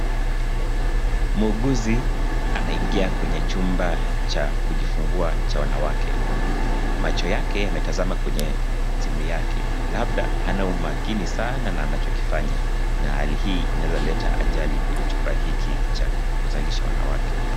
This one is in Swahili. Muuguzi anaingia kwenye chumba cha kujifungua cha wanawake. Macho yake yametazama kwenye simu yake labda hana umakini sana na anachokifanya na hali hii inaweza leta ajali kwenye chumba hiki cha kuzalisha wanawake.